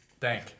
Thank